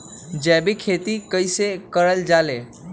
जैविक खेती कई से करल जाले?